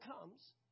comes